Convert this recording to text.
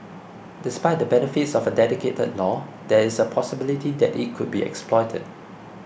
despite the benefits of a dedicated law there is a possibility that it could be exploited